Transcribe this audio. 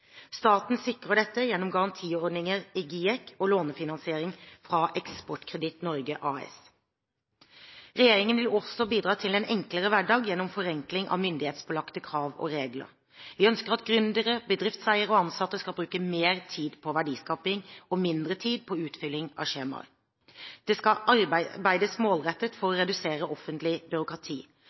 Staten sikrer dette gjennom garantiordninger i GIEK og lånefinansiering fra Eksportkreditt Norge AS. Regjeringen vil også bidra til en enklere hverdag gjennom forenkling av myndighetspålagte krav og regler. Vi ønsker at gründere, bedriftseiere og ansatte skal bruke mer tid på verdiskaping – og mindre tid på utfylling av skjemaer. Det skal arbeides målrettet for å redusere offentlig byråkrati.